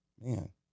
Man